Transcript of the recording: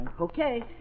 Okay